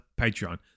Patreon